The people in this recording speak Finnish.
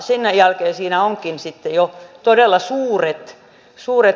sen jälkeen siinä onkin sitten jo todella suuret maksut